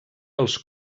els